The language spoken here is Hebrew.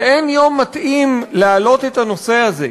ואין יום מתאים להעלות את הנושא הזה,